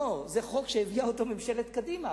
זה חוק שהביאה ממשלת קדימה,